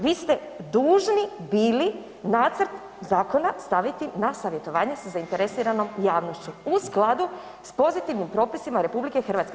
Vi ste dužni bili nacrt zakona staviti na savjetovanje sa zainteresiranom javnošću u skladu s pozitivnim propisima RH.